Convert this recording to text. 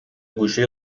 گوشه